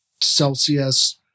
Celsius